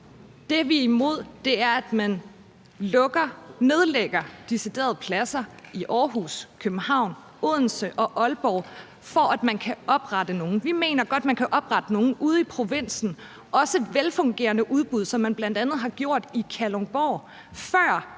Det, vi er imod, er, at man decideret nedlægger studiepladser i Aarhus, København, Odense og Aalborg, for at man kan oprette nogle andre. Vi mener godt, man kan oprette nogle ude i provinsen, også velfungerende udbud, som man bl.a. har gjort i Kalundborg, før